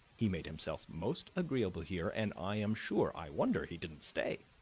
he made himself most agreeable here, and i am sure i wonder he didn't stay.